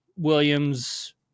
Williams